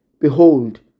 behold